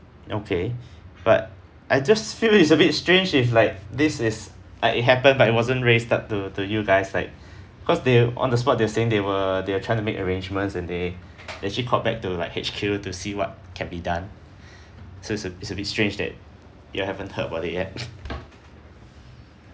okay but I just feel it's a bit strange if like this is uh like it happened but it wasn't raised up to to you guys like cause they on the spot they were saying they were they were trying to make arrangements and they actually called back to like H_Q to see what can be done so it's a it's a bit strange that you all haven't heard about it yet